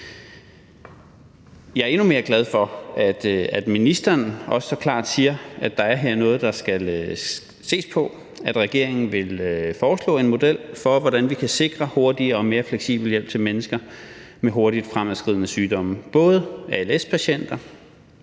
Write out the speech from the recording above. Jeg er endnu mere glad for, at ministeren også så klart siger, at der her er noget, der skal ses på, og at regeringen vil foreslå en model for, hvordan vi kan sikre hurtigere og mere fleksibel hjælp til mennesker med hurtigt fremadskridende sygdomme, både als-patienter